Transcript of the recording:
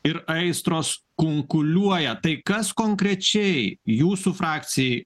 ir aistros kunkuliuoja tai kas konkrečiai jūsų frakcijai